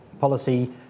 policy